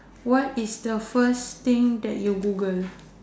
what is the first thing that you Google